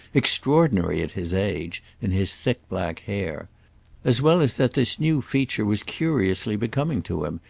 extraordinary at his age, in his thick black hair as well as that this new feature was curiously becoming to him,